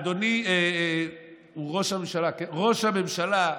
אדוני ראש הממשלה,